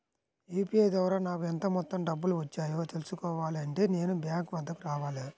UPI ద్వారా నాకు ఎంత మొత్తం డబ్బులు వచ్చాయో తెలుసుకోవాలి అంటే నేను బ్యాంక్ వద్దకు రావాలా?